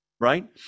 Right